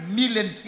million